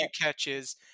catches